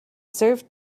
serve